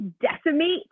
decimate